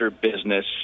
business